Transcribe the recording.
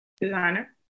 Designer